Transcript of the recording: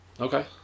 Okay